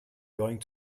going